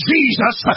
Jesus